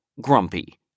grumpy